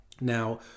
now